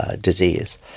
disease